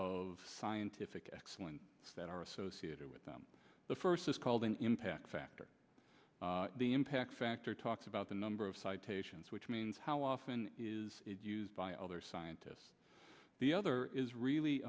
of scientific excellence that are associated with them the first is called an impact factor the impact factor talks about the number of citations which means how often is used by other scientists the other is really